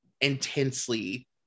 intensely